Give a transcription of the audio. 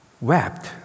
wept